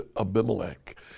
Abimelech